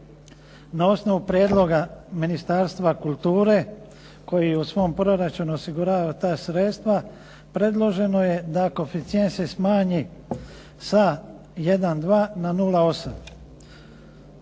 Na osnovu prijedloga Ministarstva kulture koji u svom proračunu osigurava ta sredstva, predloženo je da koeficijent se smanji sa 1,2 na 0,8.